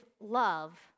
love